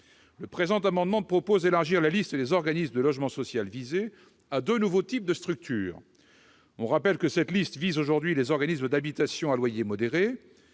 31 décembre 2020. Nous proposons d'élargir la liste des organismes de logement social visés à deux nouveaux types de structures. Je rappelle que cette liste comprend aujourd'hui les organismes d'habitations à loyer modéré,